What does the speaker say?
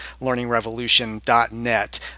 learningrevolution.net